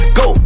go